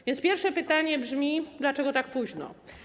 A więc pierwsze pytanie brzmi: Dlaczego tak późno?